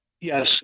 Yes